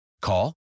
Call